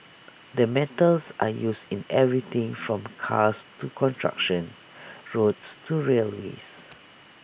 the metals are used in everything from cars to construction roads to railways